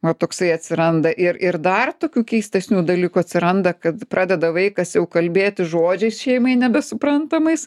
va toksai atsiranda ir ir dar tokių keistesnių dalykų atsiranda kad pradeda vaikas jau kalbėti žodžiais šeimai nebesuprantamais